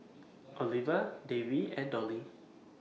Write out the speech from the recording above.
Oliva Davey and Dollye